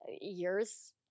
years